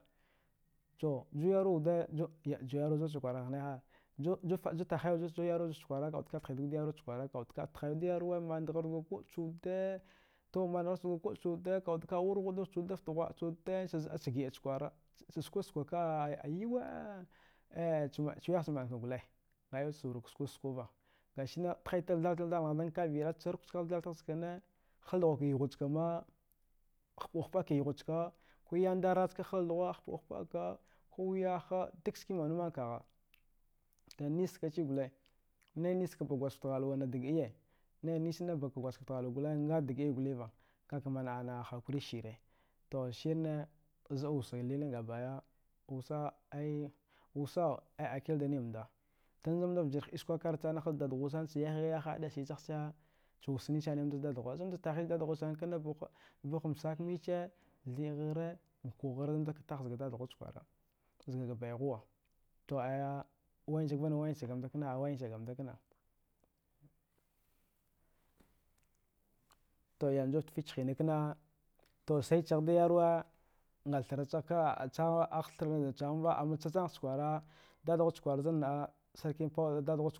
To ju yuwa wude ju ju tse kwara ni hine g ha? Ju taghaya, ju yerwa zudu ce kwara, tighi wude da yerwa manda har kube, kube ce wude to tse mana mani chu kube ci wude, ku ba cka wur hu wude da fta ghwa'a ce, ghwa'ace wude ce zida gida ta kwara, cece skwa da skwa a yure kube ckwaka yuwe ay a wi ce manka gwre a wura ce skwa skwa va gashi tighe tiga da kavire chuk tɦa tighe tha cine haldawa ka yugha cka ma hapuka hapuka yugha cka ku yandari cka halduwe ka hapuki hapuka, kowe, ko yaha kaha da nise cka gwal, nayi nice gma pka gwazgeffe hye, na dga iyi, na pka gwazgeffe halwa a dga iyiva, ka m mana hakuri da sire. To shine zida ussa lilinge gaba daya, ussa ai ai wusa ai akle da ninda tunda ze vjire hdiskwe karkar ha dadawu tse yaha ya ka da siye tse chi, ci wusine nda za dada haci nda taghaya za dadahu ci gwiha skambici thahari, ukwehari isze nda tagha ziga dadahu zu wude ci kwara zga bayahu to aya wasiga na wasiga nda kena, nise nda kena. To yanzu fte fici hina kena sa saya chigha da yerwa a thra ciha, a thra cihia va amma cam cam ski ce kwara, dada hu na mna pawa ana fte ghwa'a